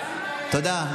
תודה.